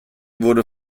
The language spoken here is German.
wurde